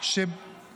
לא יקרא שמך